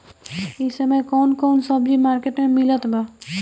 इह समय कउन कउन सब्जी मर्केट में मिलत बा?